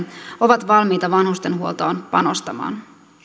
ovat valmiita vanhustenhuoltoon panostamaan